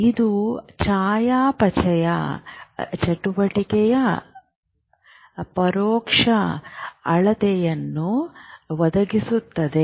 ಇದು ಚಯಾಪಚಯ ಚಟುವಟಿಕೆಯ ಪರೋಕ್ಷ ಅಳತೆಯನ್ನು ಒದಗಿಸುತ್ತದೆ